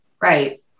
Right